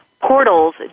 portals